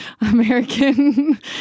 american